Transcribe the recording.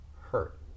hurt